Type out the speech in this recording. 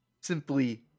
simply